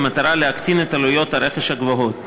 במטרה להקטין את עלויות הרכש הגבוהות.